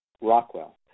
Rockwell